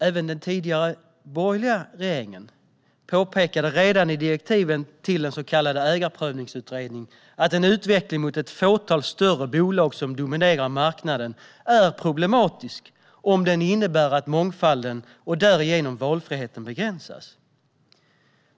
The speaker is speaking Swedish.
Även den tidigare borgerliga regeringen påpekade redan i direktiven till en så kallad ägarprövningsutredning att en utveckling mot ett fåtal större bolag som dominerar marknaden är problematisk om den innebär att mångfalden och därigenom valfriheten begränsas.